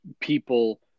people